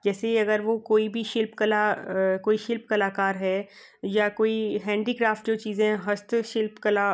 जैसे अगर वो कोई भी शिल्पकला कोई शिल्प कलाकार है या कोई हैंडीक्राफ्ट जो चीज़ें हैं हस्त शिल्पकला